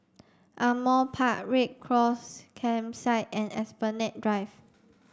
Ardmore Park Red Cross Campsite and Esplanade Drive